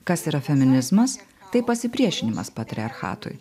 kas yra feminizmas tai pasipriešinimas patriarchatui